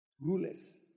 Rulers